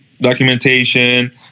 documentation